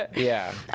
ah yeah!